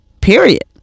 period